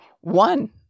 one